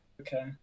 okay